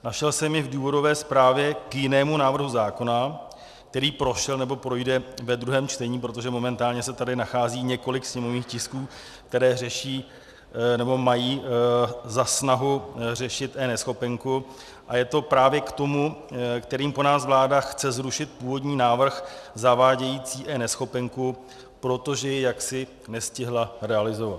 Našel jsem je v důvodové zprávě k jinému návrhu zákona, který prošel, nebo projde ve druhém čtení, protože momentálně se tady nachází několik sněmovních tisků, které řeší, nebo mají za snahu řešit eNeschopenku, a je to právě k tomu, kterým po nás vláda chce zrušit původní návrh zavádějící eNeschopenku, protože je jaksi nestihla realizovat.